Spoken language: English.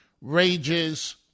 rages